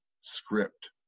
script